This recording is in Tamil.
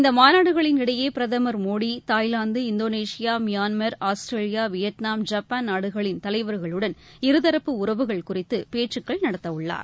இந்த மாநாடுகளின் இடையே பிரதமர் Modi Thailand Indonesia Myanmar Australia Vietnam Japan நாடுகளின் தலைவர்களுடன் இருதரப்பு உறவுகள் குறித்து பேச்சுக்கள் நடத்தவுள்ளார்